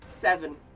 Seven